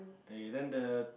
eh then the